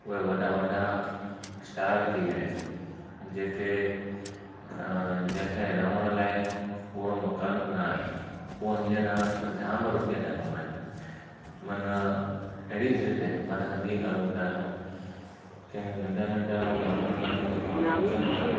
उहा वॾा वॾा स्टार थी विया आहिनि जंहिंखे जंहिंखे रहण लाइ पूरो मकान बि न आहे पोइ हींअर जाम रुपया था कमाइनि मन अहिड़ी रीति मन ॿी ॻाल्हि ॿुधायांव कि नंढा नंढा ॻामड़नि मां जेके माण्हू अचनि था